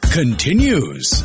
continues